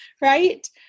right